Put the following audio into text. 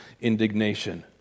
indignation